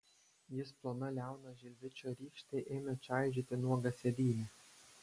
jis plona liauna žilvičio rykšte ėmė čaižyti nuogą sėdynę